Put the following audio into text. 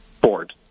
board